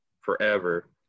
forever